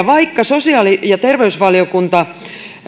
vaikka sosiaali ja terveysvaliokunta